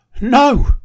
no